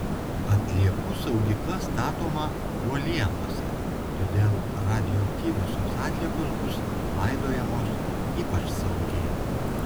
atliekų saugykla statoma uolienose todėl radioaktyviosios atliekos bus laidojamos ypač saugiai